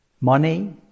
money